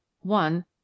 one